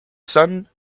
sun